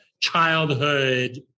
childhood